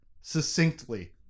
succinctly